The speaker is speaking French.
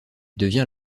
devient